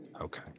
Okay